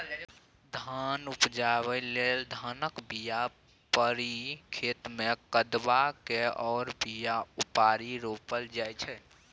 धान उपजाबै लेल धानक बीया पारि खेतमे कदबा कए ओ बीया उपारि रोपल जाइ छै